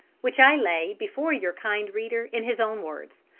which i lay before your kind reader in his own words,